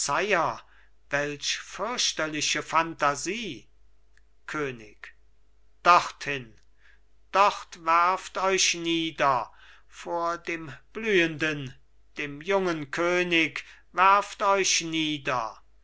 welch fürchterliche phantasie könig dorthin dort werft euch nieder vor dem blühenden dem jungen könig werft euch nieder